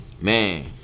Man